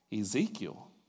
Ezekiel